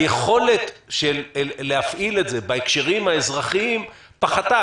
היכולת להפעיל את זה בהקשרים האזרחיים פחתה?